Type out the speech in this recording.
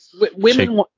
Women